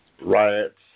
Riots